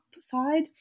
side